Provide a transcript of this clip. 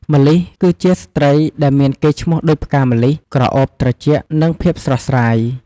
ម្លិះ គឺជាស្ត្រីដែលមានកេរ្តិ៍ឈ្មោះដូចផ្កាម្លិះ ក្រអូបត្រជាក់ និងភាពស្រស់ស្រាយ។